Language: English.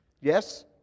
Yes